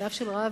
חייו של רביץ